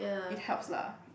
it helps lah